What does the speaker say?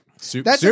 super